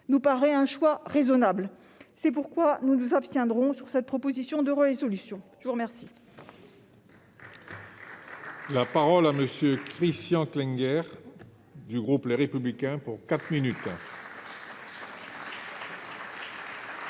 nous paraît un choix raisonnable. C'est pourquoi nous nous abstiendrons sur cette proposition de résolution. La parole